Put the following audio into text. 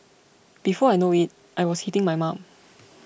before I know it I was hitting my mum